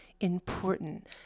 important